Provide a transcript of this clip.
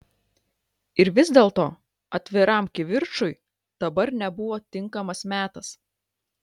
ir vis dėlto atviram kivirčui dabar nebuvo tinkamas metas